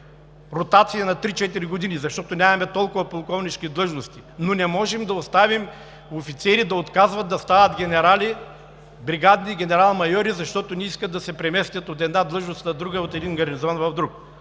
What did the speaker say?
ротация на три-четири години, защото нямаме толкова полковнишки длъжности, но не можем да оставим офицери да отказват да стават бригадни генерали, генерал-майори, защото не искат да се преместят от една длъжност на друга и от един гарнизон в друг.